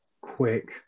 quick